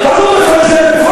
בכנסת,